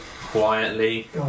quietly